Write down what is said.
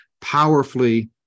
powerfully